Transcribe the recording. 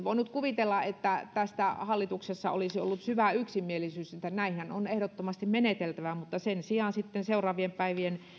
voinut kuvitella että tästä hallituksessa olisi ollut syvä yksimielisyys että näinhän on ehdottomasti meneteltävä mutta sen sijaan sitten seuraavien päivien